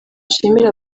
nshimire